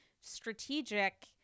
strategic